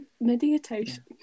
meditation